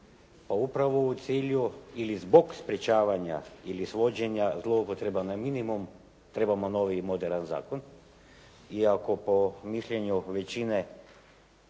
pa upravo u cilju ili zbog sprečavanja ili svođenja zloupotreba na minimum trebamo novi i moderan zakon iako po mišljenju većine